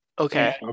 Okay